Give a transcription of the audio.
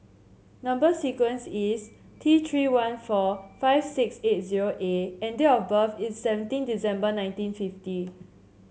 number sequence is T Three one four five six eight zero A and date of birth is seventeen December nineteen fifty